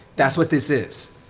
that's what this is.